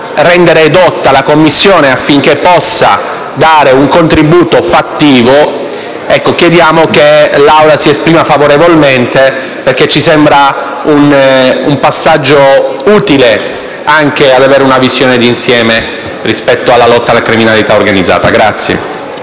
rendere edotta la Commissione affinché possa dare un contributo fattivo, chiediamo che l'Aula si esprima favorevolmente, perché ci sembra un passaggio utile per avere una visione d'insieme rispetto alla lotta alla criminalità organizzata.